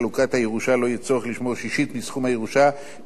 יהיה צורך לשמור שישית מסכום הירושה להורי המוריש,